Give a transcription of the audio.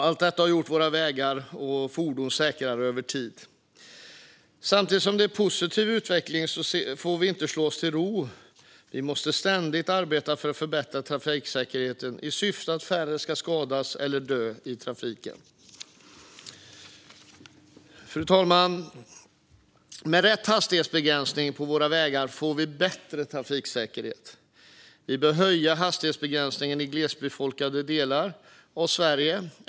Allt detta har gjort våra vägar och fordon säkrare över tid. Samtidigt som det är en positiv utveckling får vi inte slå oss till ro. Vi måste ständigt arbeta för att förbättra trafiksäkerheten i syfte att färre ska skadas eller dö i trafiken. Fru talman! Med rätt hastighetsbegränsningar på våra vägar får vi bättre trafiksäkerhet. Vi bör höja hastighetsbegränsningarna i glesbefolkade delar av Sverige.